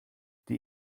die